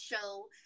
show